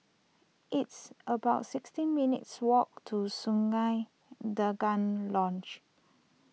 it's about sixteen minutes' walk to Sungei Tengah Lodge